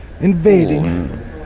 invading